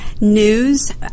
news